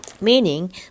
meaning